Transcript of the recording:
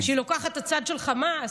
שהיא לוקחת את הצד של חמאס.